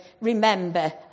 remember